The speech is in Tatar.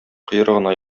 койрыгына